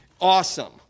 awesome